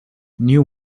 new